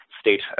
state